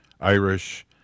Irish